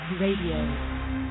Radio